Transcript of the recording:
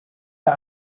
der